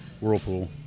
whirlpool